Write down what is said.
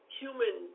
human